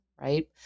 right